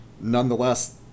nonetheless